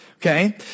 Okay